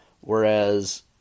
whereas